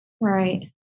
Right